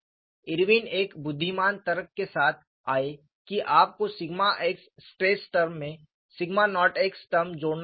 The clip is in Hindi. इरविन एक बुद्धिमान तर्क के साथ आए कि आपको सिग्मा x स्ट्रेस टर्म में सिग्मा नॉट x टर्म जोड़ना चाहिए